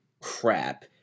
crap